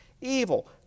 evil